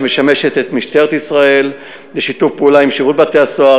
שמשמשת את משטרת ישראל בשיתוף פעולה עם שירות בתי-הסוהר,